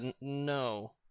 no